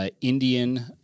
Indian